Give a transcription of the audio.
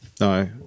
no